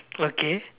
okay